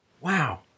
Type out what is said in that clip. Wow